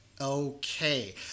Okay